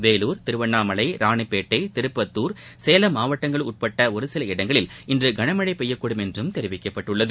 வேலூர் திருவண்ணாமலை ராணிப்பேட்டை திருப்பத்துர் சேலம் மாவட்டங்களுக்கு உட்பட்ட ஒரு சில இடங்களில் இன்று கனமழை பெய்யக்கூடும் என்றும் தெரிவிக்கப்பட்டுள்ளது